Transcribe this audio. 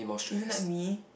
isn't that me